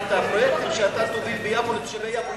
את הפרויקטים שאתה תוביל ביפו לתושבי יפו,